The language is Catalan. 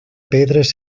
pedres